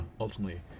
ultimately